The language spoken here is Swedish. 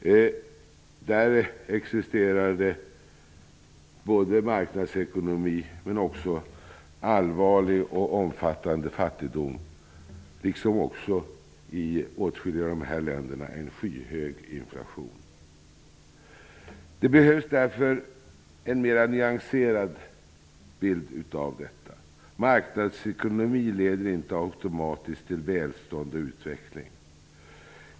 Där existerar det både marknadsekonomi och också allvarlig och omfattande fattigdom, liksom i åtskilliga av dessa länder en skyhög inflation. Det behövs därför en mera nyanserad bild. Marknadsekonomi leder inte automatiskt till välstånd och utveckling.